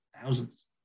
thousands